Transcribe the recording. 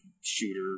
shooter